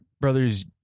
Brothers